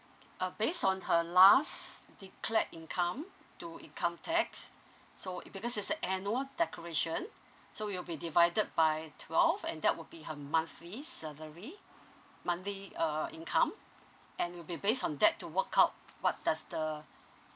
uh based on her last declared income to income tax so it because it's a annual declaration so it'll be divided by twelve and that would be her monthly salary monthly uh income and it'll be based on that to work out what does the